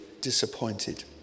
disappointed